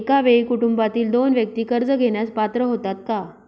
एका वेळी कुटुंबातील दोन व्यक्ती कर्ज घेण्यास पात्र होतात का?